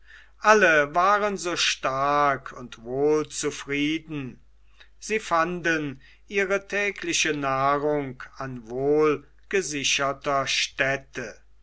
alle waren so stark und wohl zufrieden sie fanden ihre tägliche nahrung an wohlgesicherter stätte